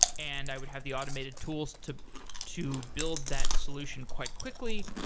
and i would have the automated tools to to build that solution quite quickly.